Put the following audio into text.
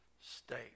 state